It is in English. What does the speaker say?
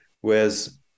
whereas